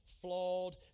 flawed